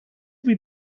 wie